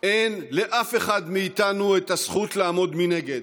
אין לאף אחד מאיתנו הזכות לעמוד מנגד.